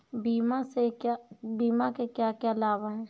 बीमा के क्या क्या लाभ हैं?